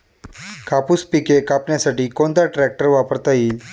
कापूस पिके कापण्यासाठी कोणता ट्रॅक्टर वापरता येईल?